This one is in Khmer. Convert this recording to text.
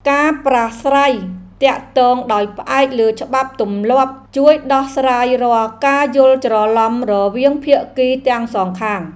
ការប្រាស្រ័យទាក់ទងដោយផ្អែកលើច្បាប់ទម្លាប់ជួយដោះស្រាយរាល់ការយល់ច្រឡំរវាងភាគីទាំងសងខាង។